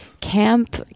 camp